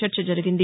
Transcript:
చర్చ జరిగింది